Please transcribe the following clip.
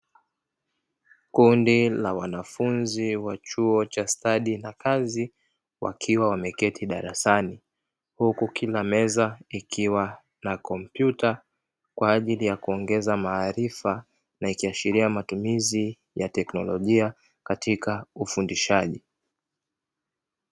Kundi la wanafunzi wa chuo cha stadi na kazi wakiwa wameketi darasani. Huku kila meza ikiwa na kompyuta kwa ajili ya kuongeza maarifa na ikiashiria matumizi ya teknolojia katika ufundishaji.